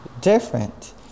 different